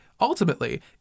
Ultimately